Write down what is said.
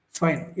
fine